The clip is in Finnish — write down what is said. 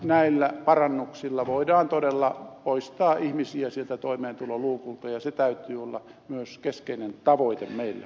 näillä parannuksilla voidaan todella poistaa ihmisiä sieltä toimeentuloluukulta ja sen täytyy olla myös keskeinen tavoite meillä